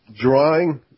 drawing